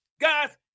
Guys